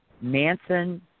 Manson